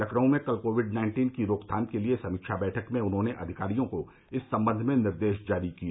लखनऊ में कल COVID nineteen की रोकथाम के लिए समीक्षा बैठक में उन्होंने अधिकारियों को इस सम्बंध में निर्देश जारी किए